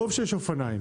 טוב שיש אופניים,